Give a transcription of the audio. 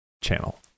channel